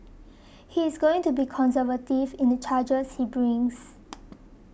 he is going to be conservative in the charges he brings